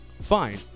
fine